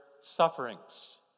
sufferings